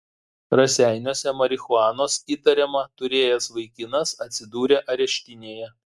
raseiniuose marihuanos įtariama turėjęs vaikinas atsidūrė areštinėje